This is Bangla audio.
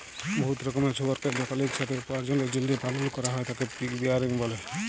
বহুত রকমের শুয়রকে যখল ইকসাথে উপার্জলের জ্যলহে পালল ক্যরা হ্যয় তাকে পিগ রেয়ারিং ব্যলে